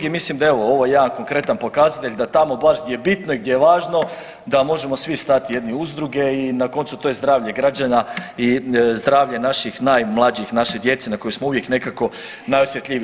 I mislim da je evo ovo jedan konkretan pokazatelj da tamo baš gdje je bitno i gdje je važno da možemo svi stati jedni uz druge i na koncu to je zdravlje građana i zdravlje naših najmlađih, naše djece na koju smo uvijek nekako najosjetljiviji.